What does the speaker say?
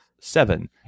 seven